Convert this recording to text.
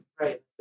Right